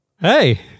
Hey